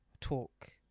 talk